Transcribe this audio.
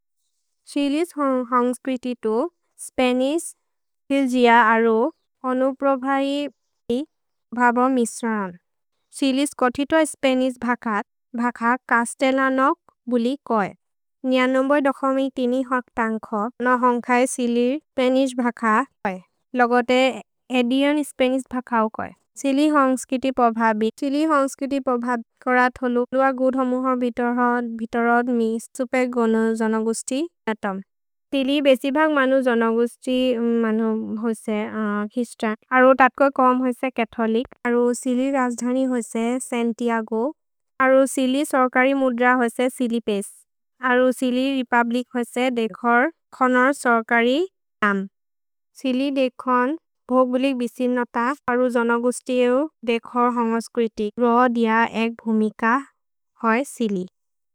सिलिस् होन्ग्स्क्रिति तु, स्पेनिस्, फिल्गिअ अरो, अनुप्रोब इ बबो मिस्रन्। सिलिस् कोथितो ए स्पेनिस् भकत्, भक कस्तेलनोक् बुलि कोए। होक् तन्खो न होन्ग्ख ए सिलिर् स्पेनिस् भक कोए। लोगोते एदिओन् स्पेनिस् भकौ कोए। सिलिस् होन्ग्स्क्रिति पोभबि। सिलिस् होन्ग्स्क्रिति पोभबि कोरथोलु दुअ गुद् होमुहो बित्तेरोद्, बित्तेरोद् मिस्, सुपेक् गोनो जोनोगुस्ति नतम्। सिलिस् बेसिभग् मनु जोनोगुस्ति मनु होसे हिस्तम्। अरो तन्खो कोम् होसे कथोलिक्। अरो सिलिस् रज्धनि होसे सन्तिअगो। अरो सिलिस् सर्करि मुद्र होसे सिलिपेस्। अरो सिलिस् रेपुब्लिक् होसे देखोर् खनोर् सर्करि तम्। सिलिस् देखोन् भोग्बुलिक् बिसिन्नत। अरो जोनोगुस्ति ए देखोर् होन्ग्स्क्रिति। रो दिय एक् भुमिक होये सिलिस्।